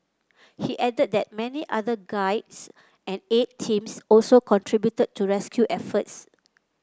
he added that many other guides and aid teams also contributed to rescue efforts